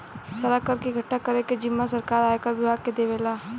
सारा कर के इकठ्ठा करे के जिम्मा सरकार आयकर विभाग के देवेला